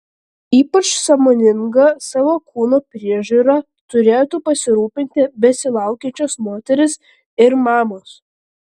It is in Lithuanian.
ypač sąmoninga savo kūno priežiūra turėtų pasirūpinti besilaukiančios moterys ir mamos